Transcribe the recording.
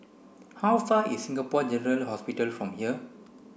how far is Singapore General Hospital from here